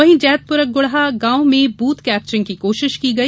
वहीं जैतपुरागुढा गांव में बूथ कैप्चरिंग की कोशिश की गई